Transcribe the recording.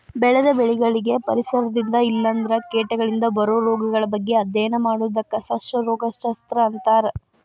ಬೆಳೆದ ಬೆಳಿಗಳಿಗೆ ಪರಿಸರದಿಂದ ಇಲ್ಲಂದ್ರ ಕೇಟಗಳಿಂದ ಬರೋ ರೋಗಗಳ ಬಗ್ಗೆ ಅಧ್ಯಯನ ಮಾಡೋದಕ್ಕ ಸಸ್ಯ ರೋಗ ಶಸ್ತ್ರ ಅಂತಾರ